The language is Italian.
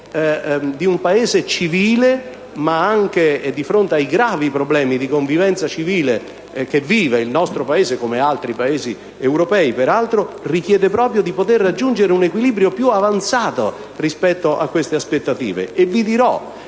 di un Paese civile, ma anche di fronte ai gravi problemi di convivenza civile che vive il nostro Paese come altri Paesi europei, peraltro, richiede proprio di poter raggiungere un equilibrio più avanzato rispetto a queste aspettative. E